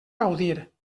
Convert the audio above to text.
gaudir